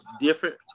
different